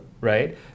right